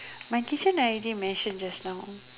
my kitchen I already mention just now